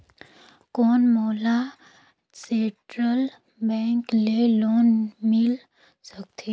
कौन मोला central bank ले लोन मिल सकथे?